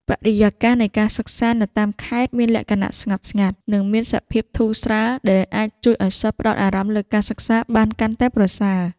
បរិយាកាសនៃការសិក្សានៅតាមខេត្តមានលក្ខណៈស្ងប់ស្ងាត់និងមានសភាពធូរស្រាល ដែលអាចជួយឱ្យសិស្សផ្តោតអារម្មណ៍លើការសិក្សាបានកាន់តែប្រសើរ។